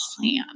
plan